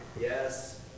Yes